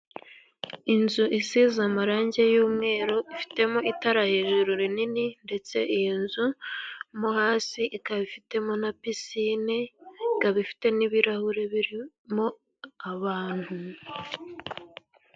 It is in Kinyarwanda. Inzu isize amarangi y'umweru, ifitemo itara hejuru rinini, ndetse iyo nzu mo hasi ikaba ifitemo na pisine ikaba ifite n'ibirahure birimo abantu.